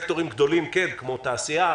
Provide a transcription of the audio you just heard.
סקטורים בתחום הכלכלי,